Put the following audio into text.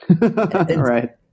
Right